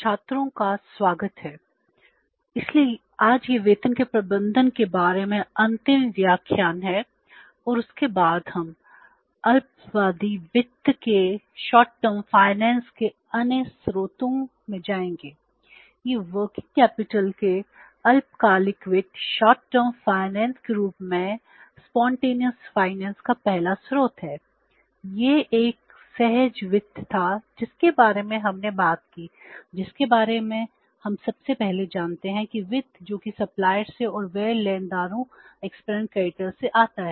छात्रों का स्वागत करते हैं इसलिए यह वेतन के प्रबंधन से आता है